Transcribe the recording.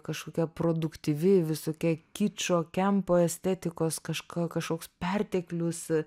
kažkokia produktyvi visokie kičo kempo estetikos kažko kažkoks perteklius